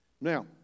Now